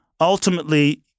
Ultimately